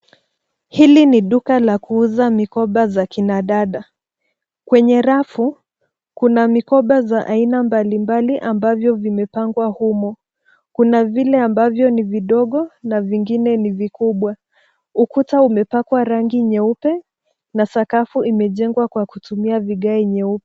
Hili ni duka la kuuza mikoba za kina dada, kwenye rafu kuna mikoba za aina mbali mbali ambavyo vimepangwa humo, kuna vile ambavyo ni vidogo na vingine ni vikubwa. Ukuta umepakwa rangi nyeupe na sakafu imejengwa kwa kutumia vigae nyeupe.